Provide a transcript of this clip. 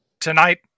tonight